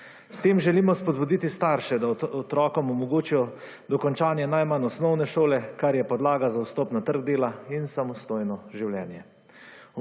S tem želimo spodbuditi starše, da otrokom omogočijo dokončanje najmanj osnovne šole, kar je podlaga za vstop na trg dela in samostojno življenje.